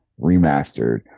remastered